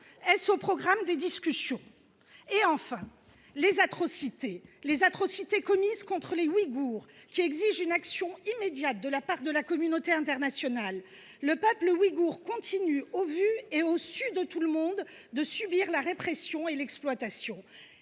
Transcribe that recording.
Est ce au programme des discussions ? Enfin, les atrocités commises contre les Ouïghours exigent une action immédiate de la part de la communauté internationale. Le peuple ouïghour continue, au vu et au su du monde entier, de subir la répression et l’exploitation.